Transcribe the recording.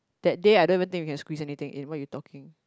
that day I don't even think you can squeeze anything at what you talking